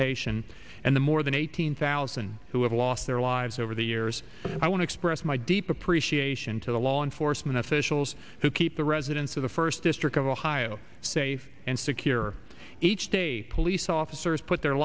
nation and the more than eight hundred thousand who have lost their lives over the years i want to express my deep appreciation to the law enforcement officials who keep the residents of the first district of ohio safe and secure each day police officers put their